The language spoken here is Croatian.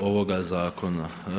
ovoga zakona.